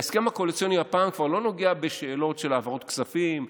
ההסכם הקואליציוני הפעם כבר לא נוגע בשאלות של העברות כספים,